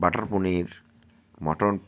butter paneer mutton